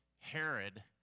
Herod